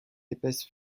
épaisse